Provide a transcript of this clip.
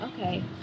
okay